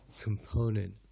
component